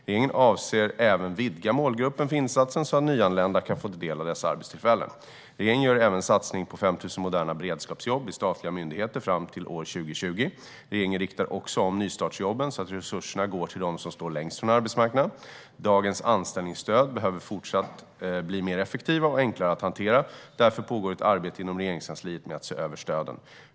Regeringen avser även att vidga målgruppen för insatsen så att nyanlända kan få del av dessa arbetstillfällen. Regeringen gör även satsningar på 5 000 moderna beredskapsjobb i statliga myndigheter fram till år 2020. Regeringen riktar också om nystartsjobben så att resurserna går till dem som står längst från arbetsmarknaden. Dagens anställningsstöd behöver fortsatt bli mer effektiva och enklare att hantera. Därför pågår ett arbete inom Regeringskansliet med att se över stöden.